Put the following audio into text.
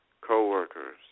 Co-workers